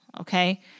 okay